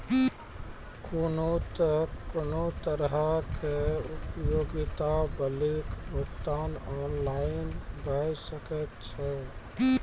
कुनू तरहक उपयोगिता बिलक भुगतान ऑनलाइन भऽ सकैत छै?